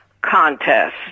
Contest